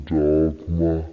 dogma